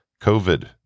COVID